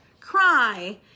cry